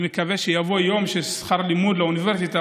אני מקווה שיבוא יום ושכר הלימוד לאוניברסיטה